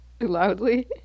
loudly